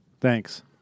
Thanks